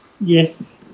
yes